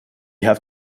have